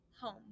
Home